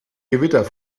gewitter